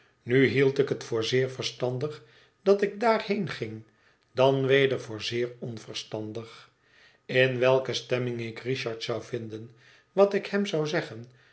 nu hield ik het voor zeer verstandig dat ik daarheen ging dan weder voor zeer onverstandig in welke stemming ik richard zou vinden wat ik hem zou zeggen